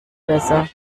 besser